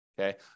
Okay